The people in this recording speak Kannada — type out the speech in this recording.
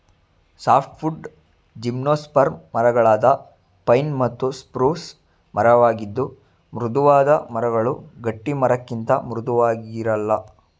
ಸಾಫ್ಟ್ವುಡ್ ಜಿಮ್ನೋಸ್ಪರ್ಮ್ ಮರಗಳಾದ ಪೈನ್ ಮತ್ತು ಸ್ಪ್ರೂಸ್ ಮರವಾಗಿದ್ದು ಮೃದುವಾದ ಮರಗಳು ಗಟ್ಟಿಮರಕ್ಕಿಂತ ಮೃದುವಾಗಿರಲ್ಲ